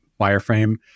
wireframe